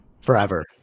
Forever